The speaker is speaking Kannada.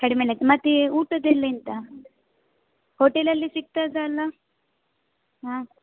ಕಡಿಮೆನೆ ಮತ್ತೆ ಊಟದ್ದೆಲ್ಲ ಎಂತ ಹೋಟೆಲಲ್ಲಿ ಸಿಗ್ತದಲ್ಲ ಹಾಂ